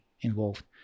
involved